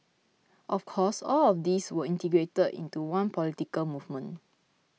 of course all of these were integrated into one political movement